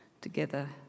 together